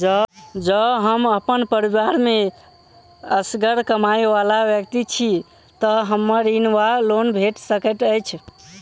जँ हम अप्पन परिवार मे असगर कमाई वला व्यक्ति छी तऽ हमरा ऋण वा लोन भेट सकैत अछि?